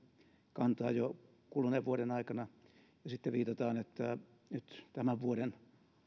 kantaa jo kuluneen vuoden aikana ja sitten viitataan että nyt tämän vuoden